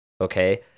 okay